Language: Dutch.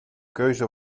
keuze